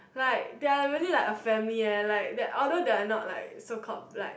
like they are really like a family eh like although they are not like so called like